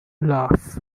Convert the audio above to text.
laugh